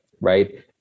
right